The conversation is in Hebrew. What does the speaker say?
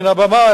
מן הבמה,